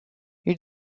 ils